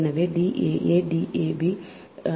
எனவே D a a D a b D b a